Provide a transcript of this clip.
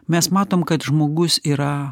mes matom kad žmogus yra